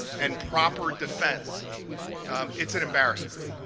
and proper defense it's an embarrassment.